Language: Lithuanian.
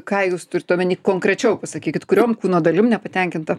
ką jūs turit omeny konkrečiau pasakykit kuriom kūno dalim nepatenkinta